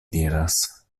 diras